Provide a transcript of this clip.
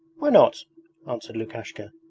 why not answered lukashka.